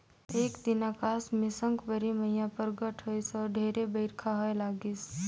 एक दिन अकास मे साकंबरी मईया परगट होईस अउ ढेरे बईरखा होए लगिस